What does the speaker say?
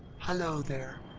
hello there.